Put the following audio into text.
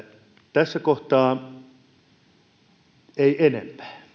tässä kohtaa ei